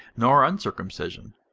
nor uncircumcision,